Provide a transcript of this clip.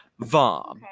Vom